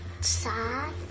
Sad